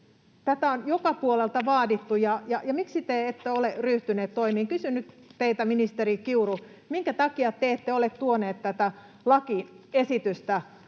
tätä on joka puolelta vaadittu — miksi te ette ole ryhtyneet toimiin? Kysyn nyt teiltä, ministeri Kiuru: minkä takia te ette ole tuonut tätä lakiesitystä eduskunnan